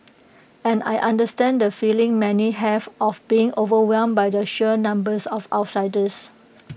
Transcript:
and I understand the feeling many have of being overwhelmed by the sheer numbers of outsiders